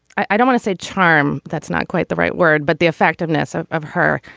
i do want to say charm that's not quite the right word but the effectiveness ah of her